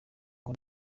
ngo